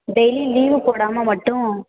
டெய்லியும் லீவு போடாமல் மட்டும்